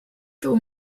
veel